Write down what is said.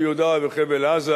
ביהודה ובחבל-עזה,